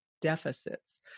deficits